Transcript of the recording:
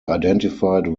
identified